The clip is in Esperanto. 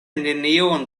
neniun